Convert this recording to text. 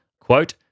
quote